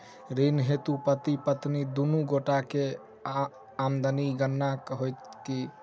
ऋण हेतु पति पत्नी दुनू गोटा केँ आमदनीक गणना होइत की?